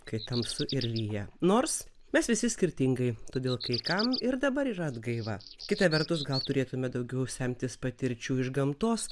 kai tamsu ir lyja nors mes visi skirtingai todėl kai kam ir dabar yra atgaiva kita vertus gal turėtume daugiau semtis patirčių iš gamtos